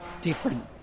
different